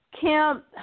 Kemp